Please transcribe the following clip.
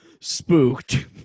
Spooked